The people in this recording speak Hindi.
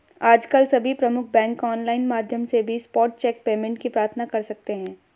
आजकल सभी प्रमुख बैंक ऑनलाइन माध्यम से भी स्पॉट चेक पेमेंट की प्रार्थना कर सकते है